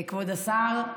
כבוד השר,